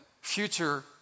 future